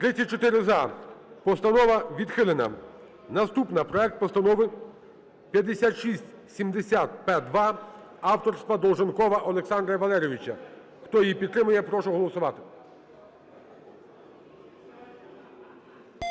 За-34 Постанова відхилена. Наступна – проект Постанови 5670-д-П2 авторства Долженкова Олександра Валерійовича. Хто її підтримує, я прошу голосувати.